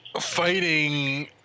fighting